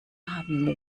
haben